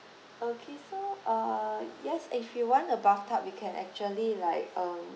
okay so uh yes if you want a bathtub you can actually like um